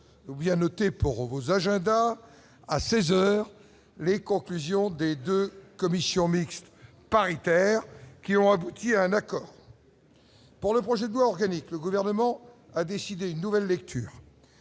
il y a noté pour vos agendas à 16 heures les conclusions des 2 commissions mixtes paritaires, qui ont abouti à un accord pour le projet de loi organique, le gouvernement a décidé une nouvelle lecture